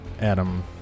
Adam